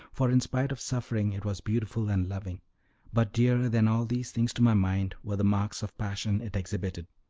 for, in spite of suffering, it was beautiful and loving but dearer than all these things to my mind were the marks of passion it exhibited,